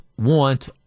want